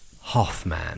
Hoffman